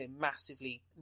massively